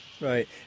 Right